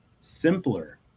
simpler